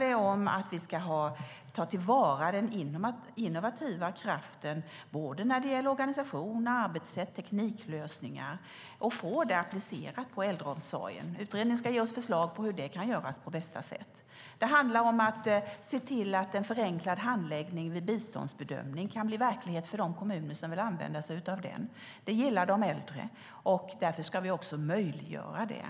Det handlar om att vi ska ta till vara den innovativa kraften när det gäller såväl organisation, arbetssätt som tekniklösningar och applicera dem på äldreomsorgen. Utredningen ska ge oss förslag på hur det kan göras på bästa sätt. Det handlar även om att se till att förenklad handläggning vid biståndsbedömning kan bli verklighet för de kommuner som vill använda den. Det gillar de äldre. Därför ska vi också möjliggöra det.